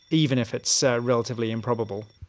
even if it's so relatively improbable.